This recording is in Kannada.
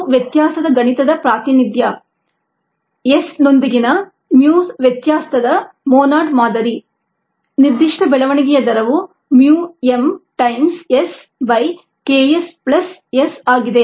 ಇದು ವ್ಯತ್ಯಾಸದ ಗಣಿತದ ಪ್ರಾತಿನಿಧ್ಯ S ನೊಂದಿಗಿನ mu's ವ್ಯತ್ಯಾಸದ ಮೊನೊಡ್ ಮಾದರಿ ನಿರ್ದಿಷ್ಟ ಬೆಳವಣಿಗೆಯ ದರವು mu m times s by K s plus S ಆಗಿದೆ